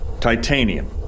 Titanium